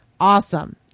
Awesome